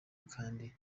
kandi